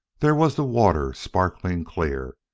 there was the water, sparkling clear,